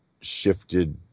shifted